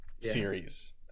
series